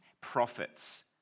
prophets